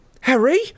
Harry